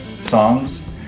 songs